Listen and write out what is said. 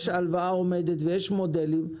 יש הלוואה עומדת ויש מודלים.